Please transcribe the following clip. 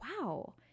wow